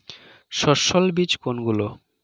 সস্যল বীজ কোনগুলো?